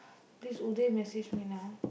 this Uday message me now